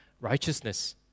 Righteousness